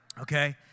Okay